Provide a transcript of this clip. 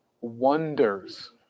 wonders